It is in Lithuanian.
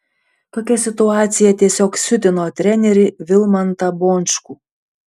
tokia situacija tiesiog siutino trenerį vilmantą bončkų